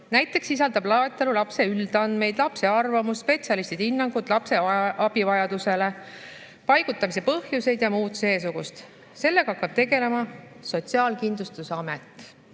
loetelu sisaldab näiteks lapse üldandmeid, lapse arvamust, spetsialistide hinnangut lapse abivajaduse kohta, paigutamise põhjuseid ja muud seesugust. Sellega hakkab tegelema Sotsiaalkindlustusamet,